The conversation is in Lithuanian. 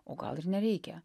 o gal ir nereikia